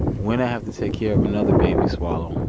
when i have to take care of another baby swallow,